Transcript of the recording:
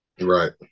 Right